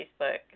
Facebook